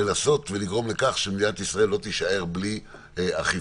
לנסות ולגרום לכך שמדינת ישראל לא תישאר בלי אכיפה.